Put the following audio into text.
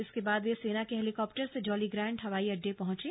इसके बाद वे सेना के हेलीकॉप्टर से जौलीग्रांट हवाई अड्डे पहुंचे